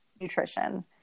nutrition